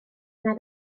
nad